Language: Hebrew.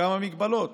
כמה הגבלות,